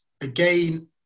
again